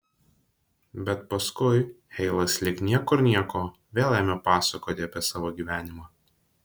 bet paskui heilas lyg niekur nieko vėl ėmė pasakoti apie savo gyvenimą